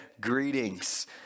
greetings